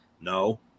No